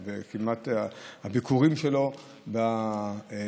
זה כמעט הביכורים שלו בכנסת,